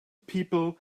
people